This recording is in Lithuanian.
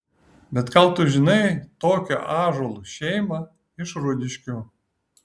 bet gal tu žinai tokią ąžuolų šeimą iš rūdiškių